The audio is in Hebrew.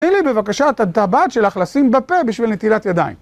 תני לי בבקשה את הטבעת שלך לשים בפה בשביל נטילת ידיים.